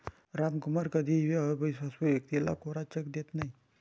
रामकुमार कधीही अविश्वासू व्यक्तीला कोरा चेक देत नाही